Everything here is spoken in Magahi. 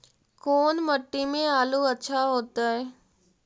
कोन मट्टी में आलु अच्छा होतै?